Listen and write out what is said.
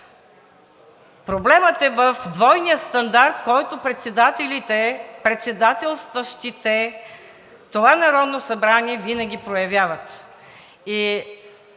проблемът е в двойния стандарт, който председателите, председателстващите това Народно събрание винаги проявяват.